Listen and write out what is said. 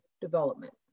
development